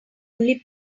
only